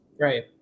Right